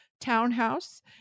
townhouse